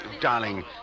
Darling